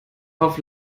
auf